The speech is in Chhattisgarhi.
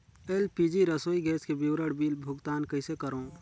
एल.पी.जी रसोई गैस के विवरण बिल भुगतान कइसे करों?